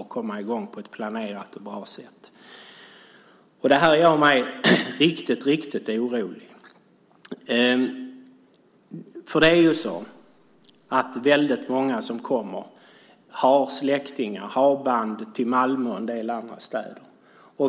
att komma i gång på ett planerat och bra sätt. Det här gör mig riktigt, riktigt orolig. Väldigt många som kommer har släktingar, har band till Malmö och en del andra städer.